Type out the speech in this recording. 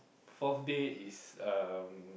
fourth day is um